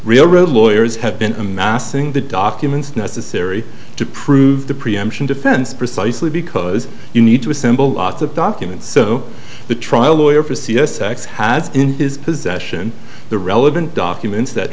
railroad lawyers have been amassing the documents necessary to prove the preemption defense precisely because you need to assemble lots of documents so the trial lawyer for c s x has in his possession the relevant documents that